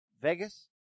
Vegas